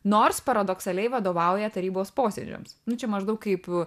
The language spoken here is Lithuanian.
nors paradoksaliai vadovauja tarybos posėdžiams nu čia maždaug kaip a